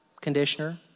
conditioner